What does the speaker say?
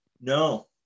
no